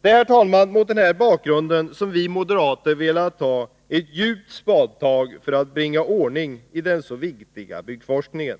Detär, herr talman, mot den här bakgrunden som vi moderater har velat ta ett djupt spadtag för att bringa ordning i den så viktiga byggforskningen.